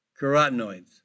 carotenoids